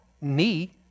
knee